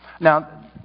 Now